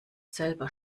selber